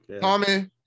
Tommy